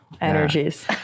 energies